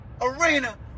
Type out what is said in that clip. Arena